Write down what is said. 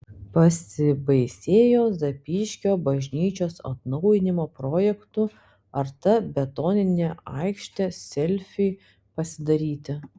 pasibaisėjo zapyškio bažnyčios atnaujinimo projektu ar ta betoninė aikštė selfiui pasidaryti